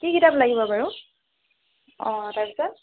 কি কিতাপ লাগিব বাৰু অ তাৰপিছত